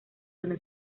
donde